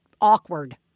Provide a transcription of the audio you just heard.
awkward